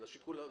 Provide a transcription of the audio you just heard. ההסתייגויות.